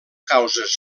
causes